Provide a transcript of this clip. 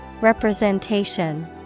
Representation